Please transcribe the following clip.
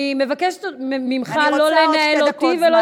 את אל תדברי אלי.